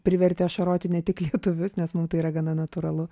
privertė ašaroti ne tik lietuvius nes mum tai yra gana natūralu